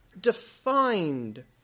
defined